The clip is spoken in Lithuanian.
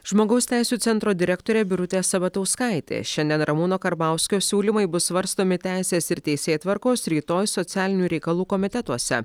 žmogaus teisių centro direktorė birutė sabatauskaitė šiandien ramūno karbauskio siūlymai bus svarstomi teisės ir teisėtvarkos rytoj socialinių reikalų komitetuose